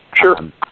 Sure